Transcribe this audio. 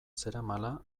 zeramala